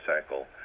cycle